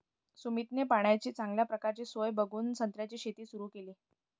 सुमितने पाण्याची चांगल्या प्रकारची सोय बघून संत्र्याची शेती सुरु केली